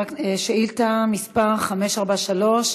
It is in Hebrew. שאילתה מס' 543,